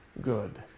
good